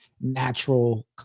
natural